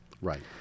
Right